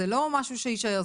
זה לא משהו שיישאר.